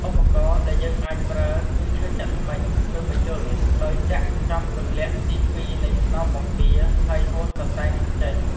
ឧបករណ៍៍ដែលយើងអាចប្រើគឺឈើចាក់ធ្មេញ ឬ ម្ជុល ដោយចាក់ចំគន្លាក់ទីពីរនៃខ្នងបង្គា ហើយហូតសរសៃនោះចេញ។